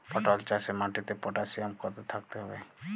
পটল চাষে মাটিতে পটাশিয়াম কত থাকতে হবে?